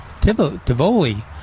Tivoli